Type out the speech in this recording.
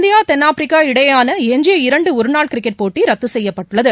India தென்னாப்பிரிக்கா இடையேயான எஞ்சிய இரண்டு ஒருநாள் கிரிக்கெட் போட்டி ரத்து செய்யப்பட்டுள்ளது